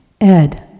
Ed